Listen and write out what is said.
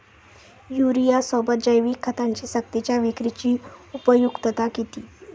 युरियासोबत जैविक खतांची सक्तीच्या विक्रीची उपयुक्तता किती?